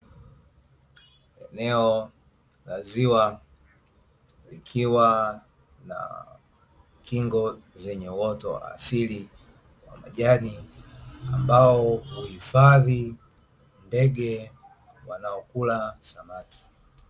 Eneo la ziwa likiwa na kingo zenye uoto wa asili wa majani ambao huifadhi ndege wanaokula samaki.